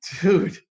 dude